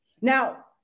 Now